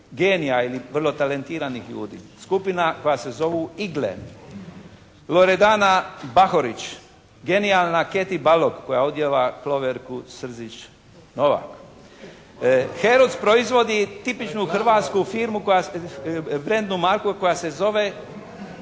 genija ili vrlo talentiranih ljudi. Skupina koja se zovu «Eagle». Lodredana Bahorić, genijalna Kety Balog koja odijeva Hloverku Srzić-Novak. Heruc proizvodi tipičnu hrvatsku firmu koja, brendnu marku koja se zove